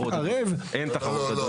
לא, אין תחרות בעניין הזה.